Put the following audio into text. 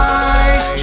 eyes